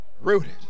rooted